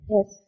Yes